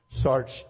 starts